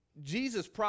Jesus